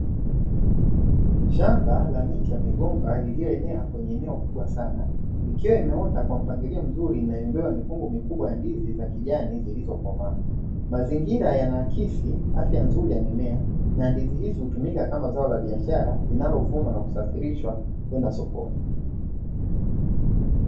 Shamba la miti ya migomba lililoenea kwenye eneo kubwa sana ikiwa imeota kwa mpangilio mzuri na imebeba mikungu mikubwa ya ndizi za kijani zilizokomaa. mazingira yanaakisi afya nzuri ya mimea na ndizi hizi hutumika kama zao la biashara linalovunwa na kusafirishwa kwenda sokoni.